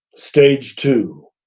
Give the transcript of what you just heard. stage two,